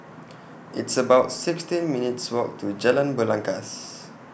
It's about sixteen minutes' Walk to Jalan Belangkas